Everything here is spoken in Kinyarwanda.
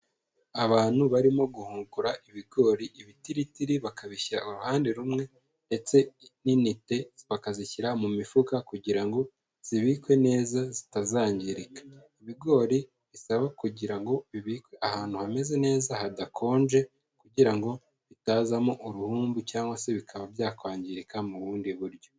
Abantu barimo guhungura ibigori, ibitiritiri bakabishyira uruhande rumwe, ndetse n'intete bakazishyira mu mifuka, kugira ngo zibikwe neza zitazangirika. Ibigori bisaba kugira ngo bibikwe ahantu hameze neza, hadakonje, kugira ngo bitazamo uruhumbu cyangwa se bikaba byakwangirika mu bundi buryo.